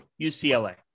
ucla